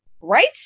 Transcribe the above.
right